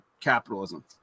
capitalism